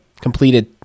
completed